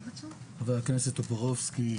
ח"כ טופורובסקי,